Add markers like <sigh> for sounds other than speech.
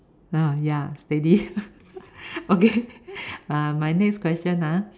oh ya steady <laughs> okay uh my next question ah